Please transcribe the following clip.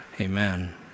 amen